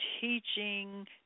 teaching